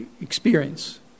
experience